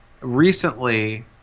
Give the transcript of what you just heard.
recently